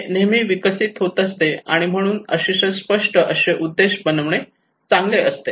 हे नेहमी विकसित होत असते आणि म्हणून अतिशय स्पष्ट असे उद्देश बनवणे चांगले असते